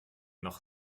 noch